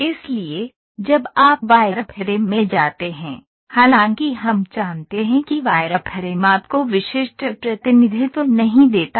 इसलिए जब आप वायरफ्रेम में जाते हैं हालांकि हम जानते हैं कि वायरफ्रेम आपको विशिष्ट प्रतिनिधित्व नहीं देता है